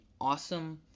awesome